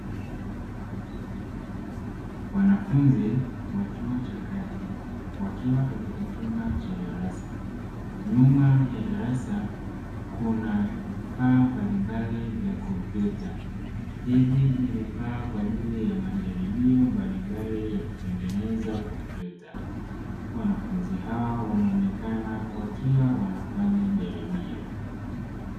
Wanafunzi wa chuo cha kati wakiwa katika chumba cha darasa, nyuma ya darasa kuna vifaa mbalimbali vya kompyuta, hivi ni vifaa kwa ajili ya majaribio mbalimbali ya kutengeneza kompyuta. Wanafunzi hao wanaonekana wakiwa wanafanya jaribio.